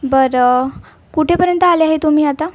बर कुठेपर्यंत आले आहे तुम्ही आता